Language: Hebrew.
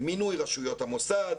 מינוי רשויות המוסד,